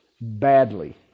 badly